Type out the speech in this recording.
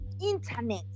internet